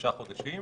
לשלושה חודשים.